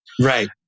Right